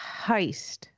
heist